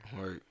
Right